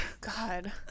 God